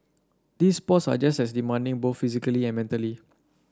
these sports are just as demanding both physically and mentally